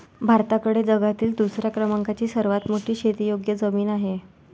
भारताकडे जगातील दुसऱ्या क्रमांकाची सर्वात मोठी शेतीयोग्य जमीन आहे